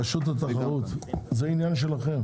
רשות התחרות, זה עניין שלכם.